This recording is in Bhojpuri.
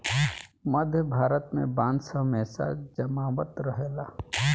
मध्य भारत में बांस हमेशा जामत रहेला